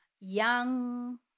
young